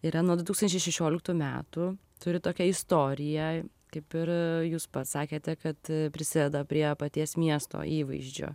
yra nuo du tūkstančiai šešioliktų metų turi tokią istoriją kaip ir jūs pats sakėte kad prisideda prie paties miesto įvaizdžio